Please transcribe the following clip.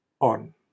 on